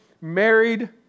married